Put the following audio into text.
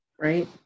right